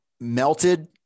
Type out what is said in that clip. melted